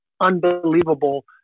unbelievable